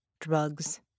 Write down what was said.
Drugs